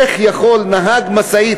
איך יכול נהג משאית,